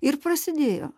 ir prasidėjo